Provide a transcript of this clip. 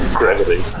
gravity